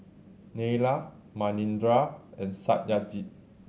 Neila Manindra and Satyajit